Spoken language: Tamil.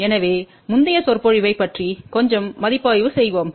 எனவே முந்தைய சொற்பொழிவைப் பற்றி கொஞ்சம் மதிப்பாய்வு செய்வோம்